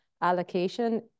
allocation